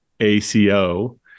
ACO